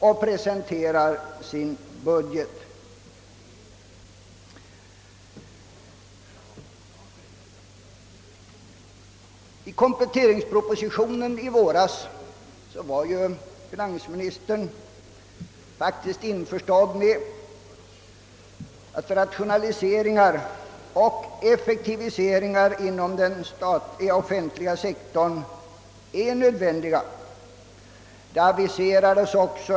Vid presentationen av kompletteringspropositionen i våras var finansministern faktiskt införstådd med att rationaliseringar och effektiviseringar inom den offentliga sektorn är nödvändiga.